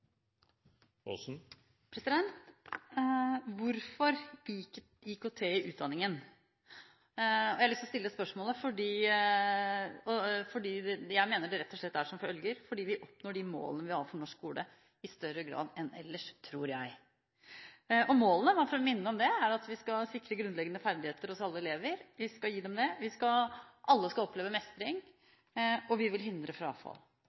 dem. Hvorfor IKT i utdanningen? Jeg har lyst til å stille spørsmålet fordi jeg mener svaret rett og slett er som følger: Vi oppnår de målene vi har for norsk skole i større grad enn ellers, tror jeg. Målene, bare for å minne om det, er at vi skal sikre grunnleggende ferdigheter hos alle elever, vi skal gi dem det, alle skal oppleve mestring, og vi vil hindre frafall.